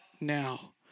now